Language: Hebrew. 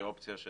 כאופציה זה